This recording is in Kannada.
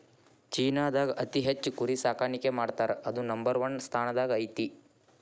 ಚೇನಾದಾಗ ಅತಿ ಹೆಚ್ಚ್ ಕುರಿ ಸಾಕಾಣಿಕೆ ಮಾಡ್ತಾರಾ ಅದು ನಂಬರ್ ಒನ್ ಸ್ಥಾನದಾಗ ಐತಿ